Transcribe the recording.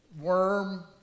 worm